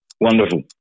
Wonderful